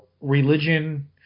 religion